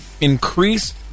Increase